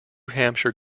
hampshire